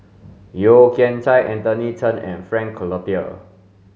Yeo Kian Chai Anthony Chen and Frank Cloutier